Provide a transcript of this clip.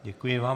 Děkuji vám.